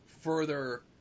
further